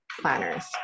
planners